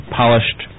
polished